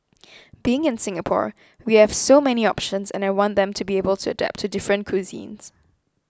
being in Singapore we have so many options and I want them to be able to adapt to different cuisines